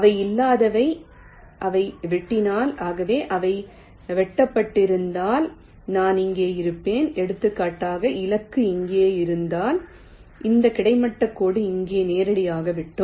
அவை இல்லாதவை அவை வெட்டினால் ஆகவே அவை வெட்டப்பட்டிருந்தால் நான் இங்கே இருப்பேன் எடுத்துக்காட்டாக இலக்கு இங்கே இருந்திருந்தால் இந்த கிடைமட்ட கோடு இங்கே நேரடியாக வெட்டும்